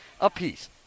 apiece